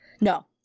No